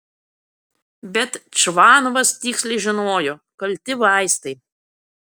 bet čvanovas tiksliai žinojo kalti vaistai